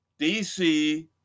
DC